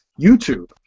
YouTube